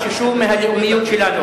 שלנו,